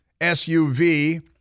SUV